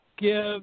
give